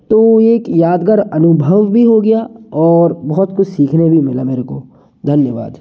तो ये एक यादागार अनुभव भी हो गया और बहुत कुछ सीखने भी मिला मेरे को धन्यवाद